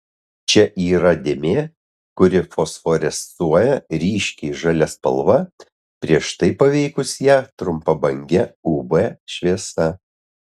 čia yra dėmė kuri fosforescuoja ryškiai žalia spalva prieš tai paveikus ją trumpabange uv šviesa